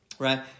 Right